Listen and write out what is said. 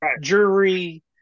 Jury